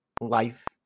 life